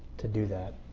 to do that.